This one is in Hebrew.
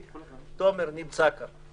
תומר, נמצא כאן.